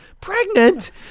pregnant